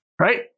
Right